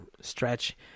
stretch